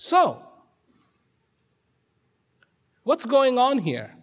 so what's going on here